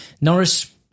Norris